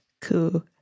Cool